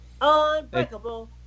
Unbreakable